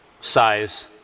size